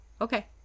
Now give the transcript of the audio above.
Okay